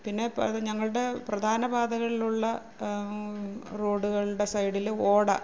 പിന്നെ ഞങ്ങളുടെ പ്രധാന പാതകളിലുള്ള റോഡുകളുടെ സൈഡിലും ഓട